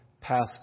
passed